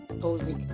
toxic